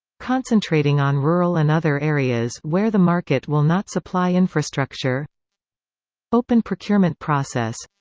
concentrating on rural and other areas where the market will not supply infrastructure open procurement process